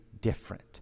different